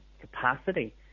capacity